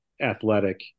athletic